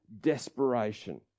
desperation